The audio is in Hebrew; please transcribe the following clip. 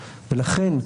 ולכן,